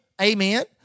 amen